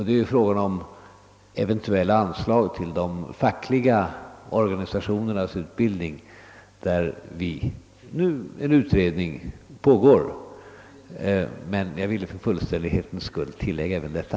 Den gäller eventuella anslag till de fackliga organisationernas utbildning, där en utredning nu pågår. För fullständighetens skull ville jag tillägga även detta.